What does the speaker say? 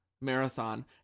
marathon